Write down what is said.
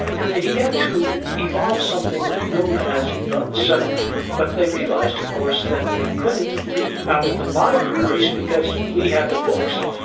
and they began to evolve something known as the settlement, but they realised of course that they couldn't leave out the libraries because we had the books,